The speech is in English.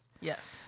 Yes